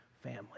family